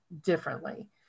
differently